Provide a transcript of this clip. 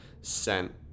sent